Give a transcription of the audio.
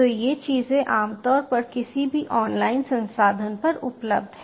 तो ये चीजें आमतौर पर किसी भी ऑनलाइन संसाधन पर उपलब्ध हैं